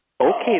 Okay